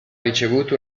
ricevuto